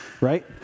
right